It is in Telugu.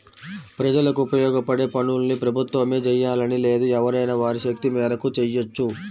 ప్రజలకు ఉపయోగపడే పనుల్ని ప్రభుత్వమే జెయ్యాలని లేదు ఎవరైనా వారి శక్తి మేరకు చెయ్యొచ్చు